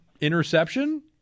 interception